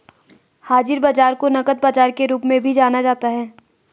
हाज़िर बाजार को नकद बाजार के रूप में भी जाना जाता है